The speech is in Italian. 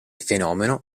fenomeno